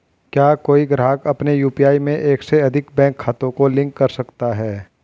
क्या कोई ग्राहक अपने यू.पी.आई में एक से अधिक बैंक खातों को लिंक कर सकता है?